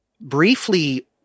briefly